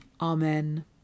Amen